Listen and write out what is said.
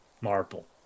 Marple